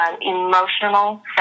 emotional